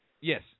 Yes